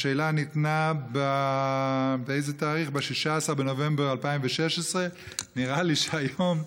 השאלה ניתנה ב-16 בנובמבר 2016. נראה לי שהיום,